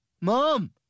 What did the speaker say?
Mom